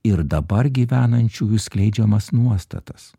ir dabar gyvenančiųjų skleidžiamas nuostatas